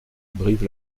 brive